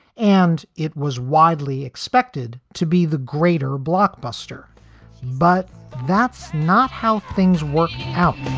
and it was widely expected to be the greater blockbuster but that's not how things worked out